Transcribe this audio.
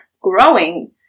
growing